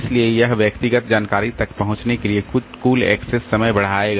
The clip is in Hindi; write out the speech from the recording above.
इसलिए यह व्यक्तिगत जानकारी तक पहुंचने के लिए कुल एक्सेस समय बढ़ाएगा